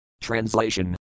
Translation